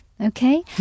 okay